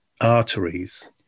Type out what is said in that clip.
arteries